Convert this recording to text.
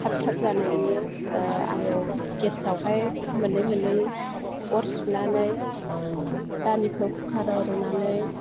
थाब थाब जानायनि आङो गेसावहाय मोननै मोननै अर सुनानै दालिखौ कुकाराव रुनानै